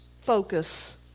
focus